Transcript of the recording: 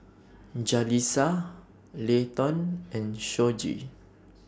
Jalisa Leighton and Shoji